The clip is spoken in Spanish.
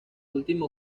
último